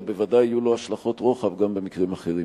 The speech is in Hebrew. אלא בוודאי יהיו לו השלכות רוחב גם על מקרים אחרים.